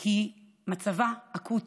כי מצבה אקוטי,